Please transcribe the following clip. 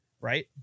right